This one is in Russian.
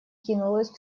кинулась